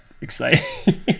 exciting